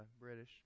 British